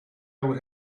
would